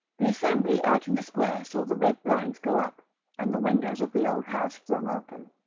the assembly out in the square saw the red blinds go up and the windows of the old house flung open.